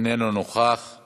איננו נוכח;